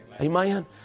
Amen